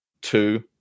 Two